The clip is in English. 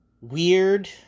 weird